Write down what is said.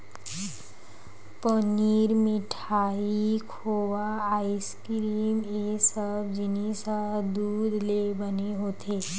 पनीर, मिठाई, खोवा, आइसकिरिम ए सब जिनिस ह दूद ले बने होथे